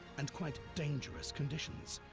and quite dangerous conditions,